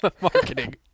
marketing